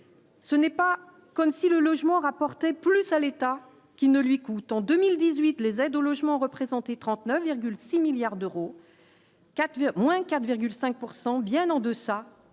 Ce n'est pas comme si le logement rapporté plus à l'État qui ne lui coûte en 2018, les aides au logement, représenté 39 6 milliards d'euros, 4 moins 4,5 pourcent bien en-deçà